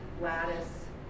lattice